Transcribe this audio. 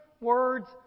words